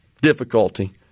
difficulty